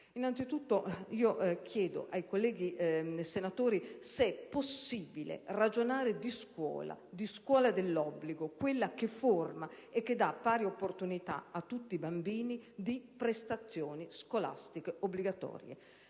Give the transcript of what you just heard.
Innanzitutto, chiedo ai colleghi senatori se è possibile ragionare di scuola, di scuola dell'obbligo, quella che forma e che dà pari opportunità a tutti i bambini in termini di prestazioni scolastiche obbligatorie.